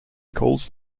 calls